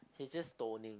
he just stoning